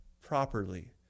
properly